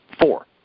Four